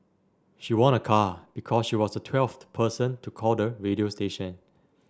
she won a car because she was the twelfth person to call the radio station